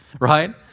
right